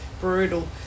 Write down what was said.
brutal